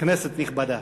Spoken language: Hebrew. כנסת נכבדה,